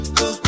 go